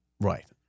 Right